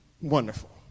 Wonderful